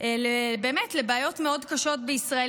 לבעיות מאוד קשות בישראל,